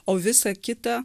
o visa kita